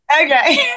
Okay